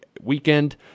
Weekend